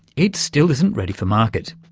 it still isn't ready for market.